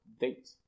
date